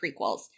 prequels